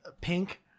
pink